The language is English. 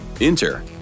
Enter